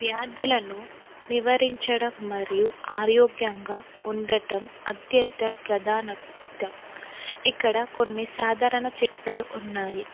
వ్యాధులను నివారించడం మరియు ఆరోగ్యంగా ఉండడం అత్యంత ప్రాధాన్యత ఇక్కడ కొన్ని సాధారణ చిట్కాలు ఉన్నాయి